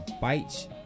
bites